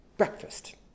breakfast